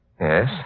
Yes